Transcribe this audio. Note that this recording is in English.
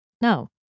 No